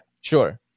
Sure